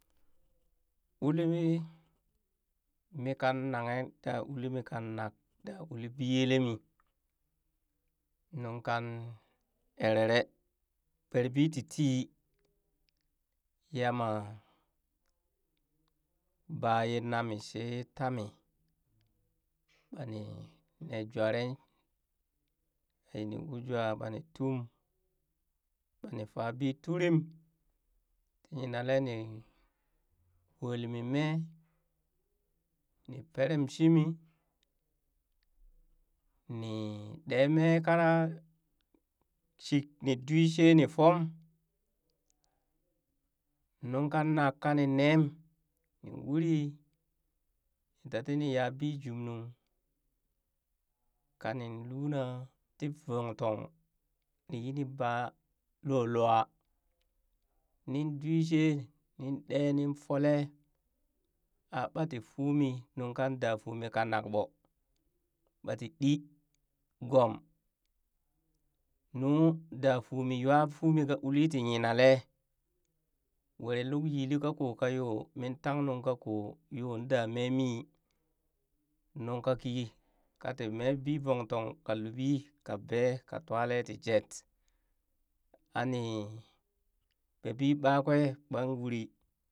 Ulimii mii kan nanghe da uli mi kanak da uli biyelemi nuŋ kang erere berebii titi yama baye nami she tami ɓani ne juree ɓani uljuwa ɓani tum ɓaani fa bii turim ti nyinale ni welmi mi mee ni perem shimii ni ɗee mee ka shit ni duu shee ni fom nuŋ ka nanak kani nem uri tatini ya bii jumnung kanin luna tii vongtong ni yini baa loo lwaa nin duue shee nin ɗee ninfoleee aɓaa ti fuumi nuŋ kang daa fuumi kanak ɓoo ɓati ɗii gom nuu daa fuumi nywa fuumi ka uli tii nyinalee were luk yili kako ka yoo min tang nuŋ ka koo yo da meemii nuŋ kakii kati mee bii vong tong ka luɓii ka bee ka twale tii jet ɓani bee bii ɓakwee ɓani uri.